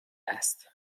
است